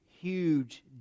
huge